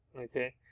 okay